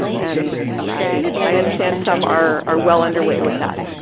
and and i i understand some are well under way with that.